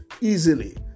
easily